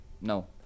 no